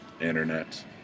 internet